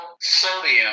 sodium